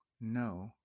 No